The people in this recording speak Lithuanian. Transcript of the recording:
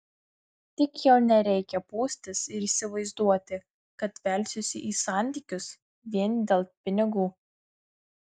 tik jau nereikia pūstis ir įsivaizduoti kad velsiuosi į santykius vien dėl pinigų